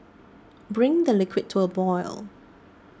bring the liquid to a boil